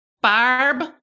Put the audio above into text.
Barb